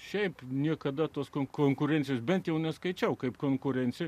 šiaip niekada tos konkurencijos bent jau neskaičiau kaip konkurenciją